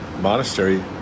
monastery